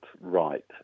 right